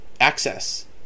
access